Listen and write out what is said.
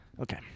Okay